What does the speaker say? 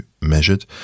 measured